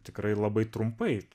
tikrai labai trumpai